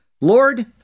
Lord